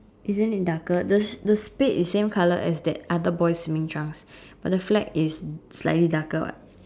isn't it darker the the state is same colour as that other boy's swimming trunks but the flag is slightly darker what